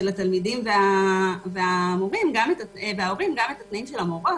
התלמידים והמורים אלא גם את התנאים של המורות.